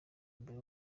mbere